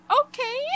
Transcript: okay